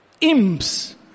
Imps